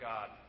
God